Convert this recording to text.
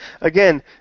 Again